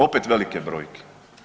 Opet velike brojke.